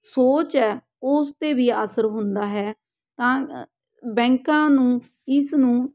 ਸੋਚ ਹੈ ਉਸ 'ਤੇ ਵੀ ਅਸਰ ਹੁੰਦਾ ਹੈ ਤਾਂ ਬੈਂਕਾਂ ਨੂੰ ਇਸ ਨੂੰ